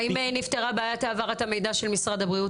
האם נפתרה בעיית העברת המידע של משרד הבריאות